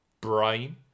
brain